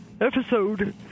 episode